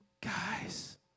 Guys